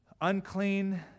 unclean